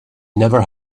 never